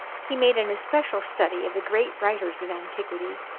he made an especial study of the great writers of antiquity,